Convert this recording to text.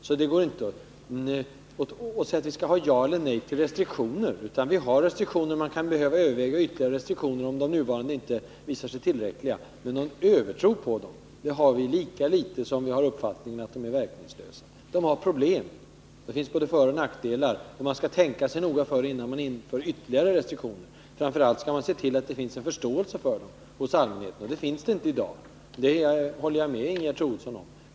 Det går alltså inte att hävda att vi skall säga ja eller nej till restriktioner, för vi har redan sådana. Man kan behöva överväga ytterligare restriktioner, om de nuvarande inte visar sig tillräckliga, men någon övertro på dem har vi lika litet som vi har uppfattningen att de är verkningslösa. Det finns både föroch nackdelar med restriktioner, och man skall tänka sig noga för innan man inför ytterligare restriktioner. Framför allt skall man se till att det finns en förståelse för dem hos allmänheten. Det finns det inte i dag — det håller jag med Ingegerd Troedsson om.